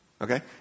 Okay